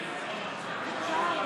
אני מזכיר לכם,